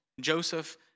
Joseph